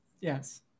Yes